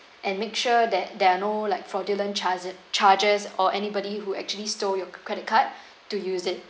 and make sure that there are no like fraudulent charge~ charges or anybody who actually stole your credit card to use it